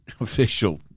official